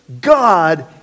God